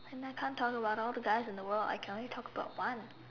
and I can't talk about all the dust in the world I can only talk about one